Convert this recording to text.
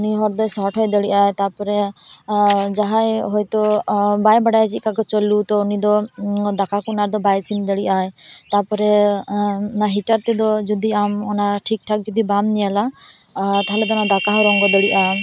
ᱩᱱᱤ ᱦᱚᱲ ᱫᱚ ᱥᱚᱠ ᱦᱚᱸᱭ ᱫᱟᱲᱮᱭᱟᱜᱼᱟᱭ ᱛᱟᱯᱚᱨᱮ ᱡᱟᱦᱟᱸᱭ ᱦᱚᱭᱛᱚ ᱵᱟᱭ ᱵᱟᱲᱟᱭᱟ ᱪᱮᱫ ᱞᱮᱠᱟ ᱠᱚ ᱪᱟᱹᱞᱩ ᱛᱚ ᱩᱱᱤ ᱫᱚ ᱫᱟᱠᱟ ᱠᱚ ᱚᱱᱟᱨᱮᱫᱚ ᱵᱟᱭ ᱤᱥᱤᱱ ᱫᱟᱹᱲᱮᱜᱼᱟ ᱛᱟᱨᱯᱚᱨᱮ ᱚᱱᱟ ᱦᱤᱴᱟᱨ ᱛᱮᱫᱚ ᱡᱩᱫᱤ ᱟᱢ ᱚᱱᱟ ᱴᱷᱤᱠ ᱴᱷᱟᱠ ᱡᱩᱫᱤ ᱵᱟᱢ ᱧᱮᱞᱟ ᱛᱟᱦᱚᱞᱮ ᱫᱚ ᱚᱱᱟ ᱫᱟᱠᱟ ᱦᱚᱸ ᱨᱚᱜᱚ ᱫᱟᱲᱮᱜᱼᱟ